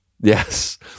yes